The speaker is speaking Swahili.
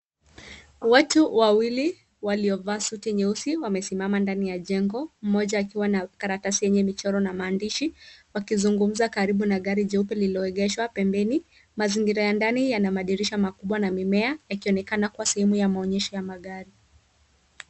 Watu wawili waliovaa suti nyeusi wamesimama ndani ya jengo mmoja akiwa na karatasi yenye michoro na maandishi wakizungumza karibu na gari jeupe lililoegeshwa pembeni. Mazingira ya ndani yana madirisha makubwa na mimea yakionekana kwa simu ya maonyesho ya magari.